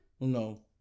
No